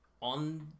on